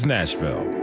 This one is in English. Nashville